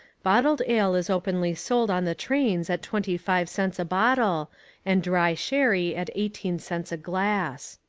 bottled ale is openly sold on the trains at twenty-five cents a bottle and dry sherry at eighteen cents a glass.